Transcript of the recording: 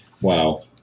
Wow